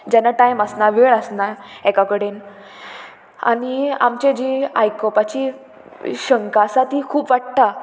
जेन्ना टायम आसना वेळ आसना एका कडेन आनी आमची जी आयकपाची शंकां आसा ती खूब वाडटा